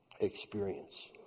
experience